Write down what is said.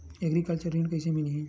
Agriculture ऋण कइसे मिलही?